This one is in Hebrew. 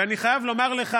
ואני חייב לומר לך,